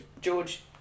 George